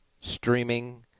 streaming